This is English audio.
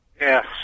Yes